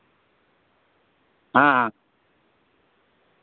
ᱦᱮᱸ ᱦᱮᱸ